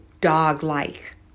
dog-like